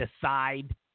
decide